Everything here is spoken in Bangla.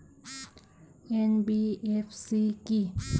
এন.বি.এফ.সি কী?